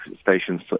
stations